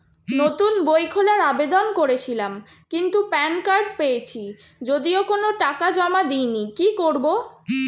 নতুন বই খোলার আবেদন করেছিলাম কিন্তু প্যান কার্ড পেয়েছি যদিও কোনো টাকা জমা দিইনি কি করব?